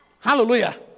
Hallelujah